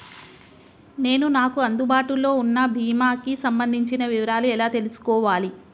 నేను నాకు అందుబాటులో ఉన్న బీమా కి సంబంధించిన వివరాలు ఎలా తెలుసుకోవాలి?